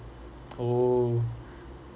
oo